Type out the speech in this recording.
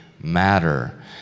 matter